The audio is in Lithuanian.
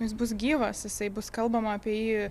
jis bus gyvas jisai bus kalbama apie jį